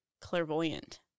clairvoyant